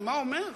ומה אומר,